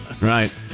right